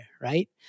right